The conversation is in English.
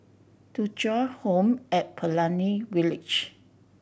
Thuja Home at Pelangi Village